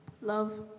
Love